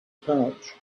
pouch